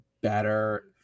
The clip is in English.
better